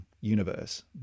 universe